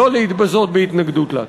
לא להתבזות בהתנגדות לה.